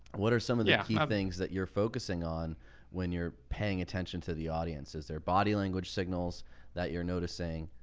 what are some of the key kind of things that you're focusing on when you're paying attention to the audience? is their body language signals that you're noticing.